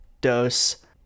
dose